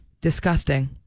Disgusting